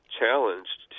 challenged